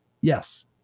Yes